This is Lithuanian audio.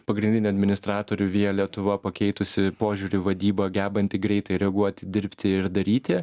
pagrindinį administratorių via lietuva pakeitusį požiūrį į vadybą gebantį greitai reaguoti dirbti ir daryti